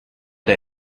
der